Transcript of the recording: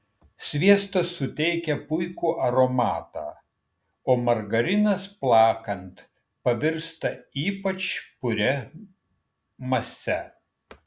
sviestas suteikia puikų aromatą o margarinas plakant pavirsta ypač puria mase